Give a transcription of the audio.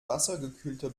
wassergekühlte